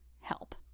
help